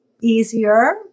easier